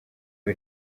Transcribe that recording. uwo